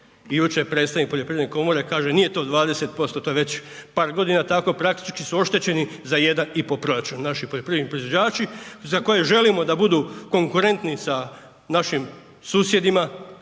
jučer predstavnik poljoprivredne komore kaže nije to 20%, to je već par godina tako, praktički su oštećeni za jedan i po proračun naši poljoprivredni proizvođači za koje želimo da budu konkurentni sa našim susjedima,